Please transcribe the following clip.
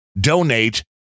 donate